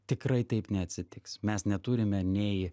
tikrai taip neatsitiks mes neturime nei